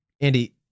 Andy